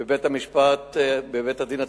בבית-המשפט, בבית-הדין הצבאי,